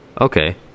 Okay